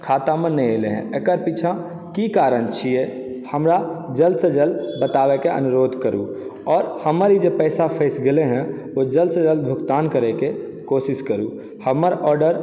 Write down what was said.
खातामे नहि एलय हँ एकर पीछाँ की कारण छियै हमरा जल्दसँ जल्द बतावयके अनुरोध करू आओर हमर ई जे पैसा फँसि गेलय हँ ओ जल्दसँ जल्द भुगतान करयके कोशिश करु हमर आर्डर